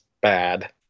bad